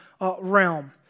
realm